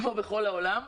כמו בכל העולם.